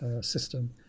system